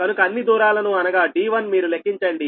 కనుక అన్ని దూరాలను అనగా d1 మీరు లెక్కించండి